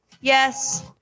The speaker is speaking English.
yes